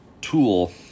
tool